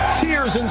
tears, and